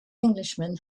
englishman